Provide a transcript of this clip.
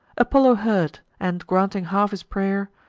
apollo heard, and, granting half his pray'r,